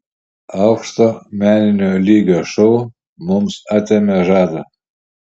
aukšto meninio lygio šou mums atėmė žadą